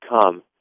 come